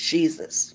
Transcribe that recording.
Jesus